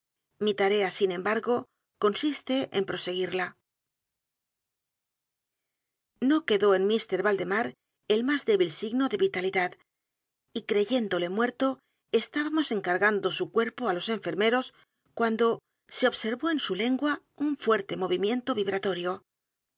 mi tarea sin embargo consiste en proseguirla no quedó en mr valdemar el más débil signo de vitalidad y creyéndole muerto estábamos encargando su cuerpo á los enfermeros cuando se observó en su lengua un fuerte movimiento vibratorio